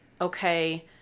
okay